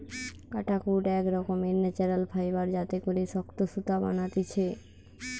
কাটাকুট এক রকমের ন্যাচারাল ফাইবার যাতে করে শক্ত সুতা বানাতিছে